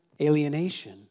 alienation